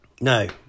No